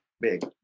big